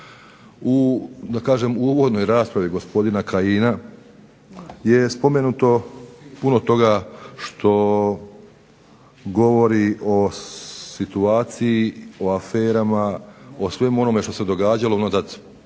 uvodnoj raspravi gospodina Kajina gdje je spomenuto puno toga što govori o situaciji, o aferama, o svemu onome što se događalo unazad